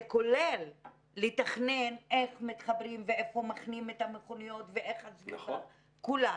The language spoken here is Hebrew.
זה כולל לתכנן איך מתחברים ואיפה מחנים את המכוניות ואיך הסביבה כולה.